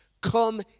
come